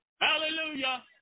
Hallelujah